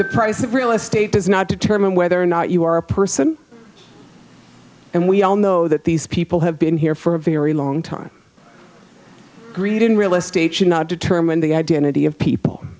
the price of real estate does not determine whether or not you are a person and we all know that these people have been here for a very long time greed in real estate should not determine the identity of people